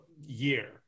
year